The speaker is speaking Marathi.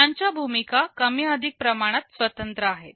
त्यांच्या भूमिका कमी अधिक प्रमाणात स्वतंत्र आहेत